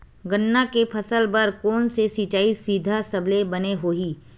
गन्ना के फसल बर कोन से सिचाई सुविधा सबले बने होही?